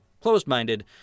closed-minded